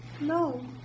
No